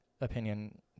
Opinion